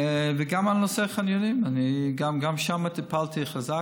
וגם בנושא החניונים, גם שם טיפלתי חזק.